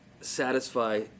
satisfy